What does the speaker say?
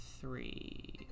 three